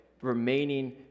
remaining